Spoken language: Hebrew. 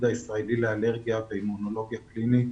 הישראלי לאלרגיה ואימונולוגיה קלינית,